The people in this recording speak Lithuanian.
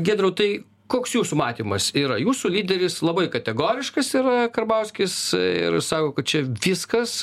giedriau tai koks jūsų matymas yra jūsų lyderis labai kategoriškas yra karbauskis ir sako kad čia viskas